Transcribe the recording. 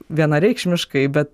vienareikšmiškai bet